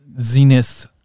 zenith